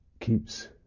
keeps